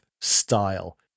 style